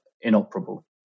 inoperable